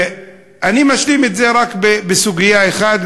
ואני משלים את זה רק בסוגיה אחת,